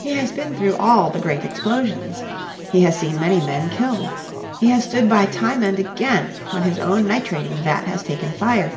he has been through all the great explosions he has seen many men killed he has stood by time and again when his own nitrating-vat has taken fire